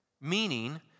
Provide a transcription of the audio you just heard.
meaning